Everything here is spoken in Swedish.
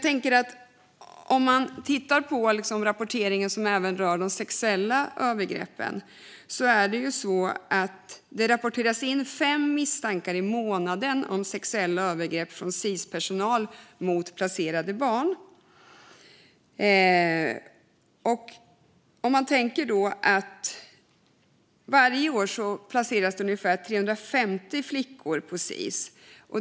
När det gäller de sexuella övergreppen rapporteras det in fem misstankar i månaden om sådana övergrepp mot placerade barn som begås av Sis-personal. Varje år placeras ungefär 350 flickor på Sis.